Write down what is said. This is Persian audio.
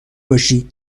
باشی